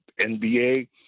NBA